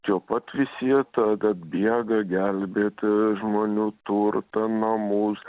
čia pat visi jie tad atbėga gelbėti žmonių turtą namus